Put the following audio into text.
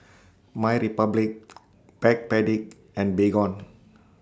MyRepublic Backpedic and Baygon